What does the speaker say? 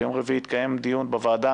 ביום רביעי יתקיים דיון בוועדה